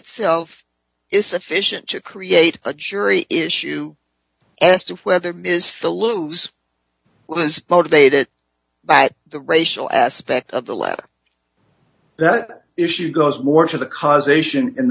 itself is sufficient to create a jury issue as to whether ms the lose was motivated by the racial aspect of the letter that issue goes more to the causation in